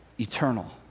eternal